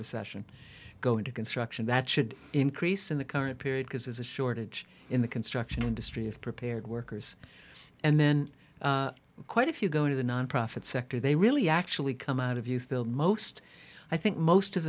recession go into construction that should increase in the current period because there's a shortage in the construction industry of prepared workers and then quite if you go to the nonprofit sector they really actually come out of youth build most i think most of